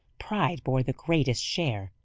pride bore the greatest share.